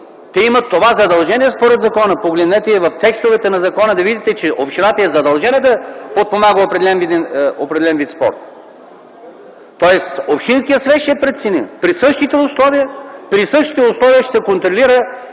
Те имат това задължение според закона. Погледнете и в текстовете на закона, да видите, че общината е задължена да подпомага определен вид спорт, тоест общинският съвет ще прецени. При същите условия ще контролира